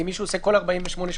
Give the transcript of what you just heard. אם מישהו עושה בכל 48 שעות.